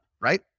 right